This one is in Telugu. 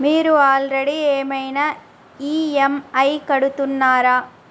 మీరు ఆల్రెడీ ఏమైనా ఈ.ఎమ్.ఐ కడుతున్నారా?